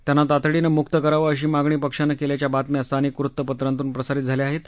त्यांना तातडीनं मुक्त करावं अशी मागणी पक्षानं केल्याच्या बातम्या स्थानिक वृत्तपत्रांतून प्रसारित झाल्या ाहेत